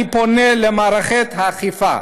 אני פונה למערכת האכיפה